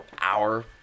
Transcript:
hour